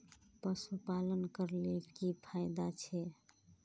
पशुपालन करले की की फायदा छे?